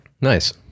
Nice